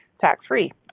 tax-free